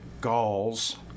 galls